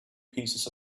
pieces